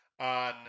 on